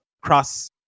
cross